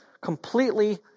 completely